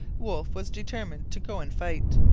wolfe was determined to go and fight.